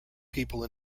people